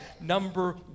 Number